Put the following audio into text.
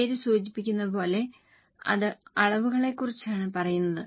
പേര് സൂചിപ്പിക്കുന്നത് പോലെ അത് അളവുകളെക്കുറിച്ചാണ് പറയുന്നത്